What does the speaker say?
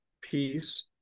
peace